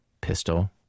pistol